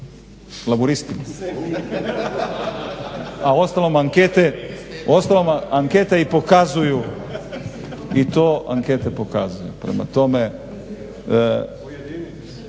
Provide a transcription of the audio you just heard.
Laburistima. A uostalom ankete i pokazuju, i to ankete pokazuju. Prema tome,